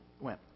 went